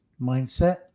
mindset